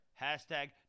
hashtag